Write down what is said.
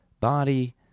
body